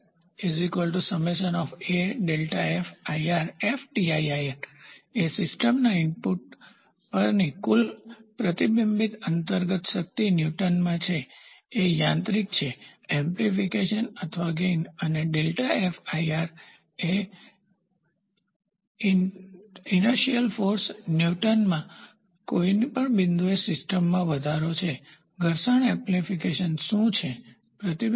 Ftir એ સિસ્ટમના input પરની કુલ પ્રતિબિંબિત અંતર્ગત શક્તિ N માં છે એ યાંત્રિક છે એમ્પ્લીફિકેશન અથવા ગેઇન અને ΔFir એ ઇનર્ટિશિયલ ફોર્સ N માં ની કોઈપણ બિંદુએ સિસ્ટમ વધારો છે ઘર્ષણ એમ્પ્લીફીકેશન શુ છે પ્રતિબિંબિત